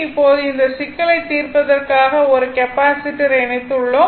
இப்போது இந்த சிக்கலை தீர்ப்பதற்காக ஒரு கெப்பாசிட்டரை இணைத்துள்ளோம்